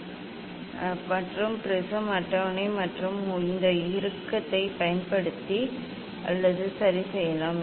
இது ப்ரிஸம் அட்டவணை சரி இது ப்ரிஸம் அட்டவணை மற்றும் ப்ரிஸம் அட்டவணை உயரம் இந்த இறுக்கத்தைப் பயன்படுத்தி அல்லது சரிசெய்யலாம்